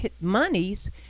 monies